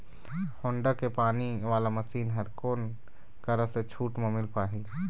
Honda के पानी वाला मशीन हर कोन करा से छूट म मिल पाही?